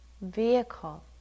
vehicle